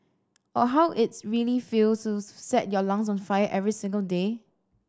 or how its really feels to set your lungs on fire every single day